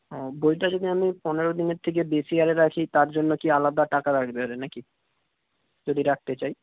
ও বইটা যদি আমি পনেরো দিনের থেকে বেশি আরে রাখি তার জন্য কি আলাদা টাকা লাগবে আরে না কি যদি রাখতে চাই